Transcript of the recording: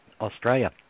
Australia